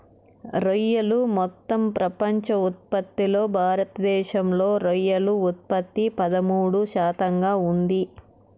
రొయ్యలు మొత్తం ప్రపంచ ఉత్పత్తిలో భారతదేశంలో రొయ్యల ఉత్పత్తి పదమూడు శాతంగా ఉంది